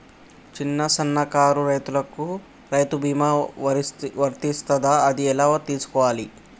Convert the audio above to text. చిన్న సన్నకారు రైతులకు రైతు బీమా వర్తిస్తదా అది ఎలా తెలుసుకోవాలి?